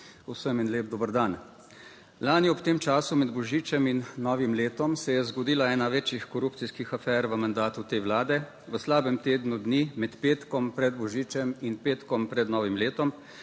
vsem en lep dober dan! Lani ob tem času, med božičem in novim letom, se je zgodila ena večjih korupcijskih afer v mandatu te Vlade. V slabem tednu dni med petkom pred božičem in petkom pred novim letom,